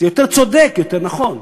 זה יותר צודק, יותר נכון.